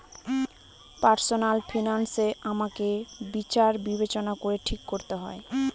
personal finance আমাকে বিচার বিবেচনা করে ঠিক করতে হয়